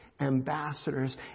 ambassadors